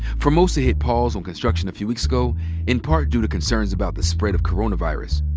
formosa hit pause on construction a few weeks ago in part due to concerns about the spread of coronavirus.